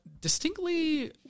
distinctly